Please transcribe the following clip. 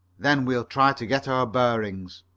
then we'll try to get our bearings.